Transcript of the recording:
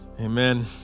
Amen